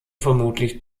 vermutlich